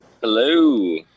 Hello